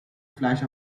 flash